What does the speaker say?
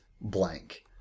blank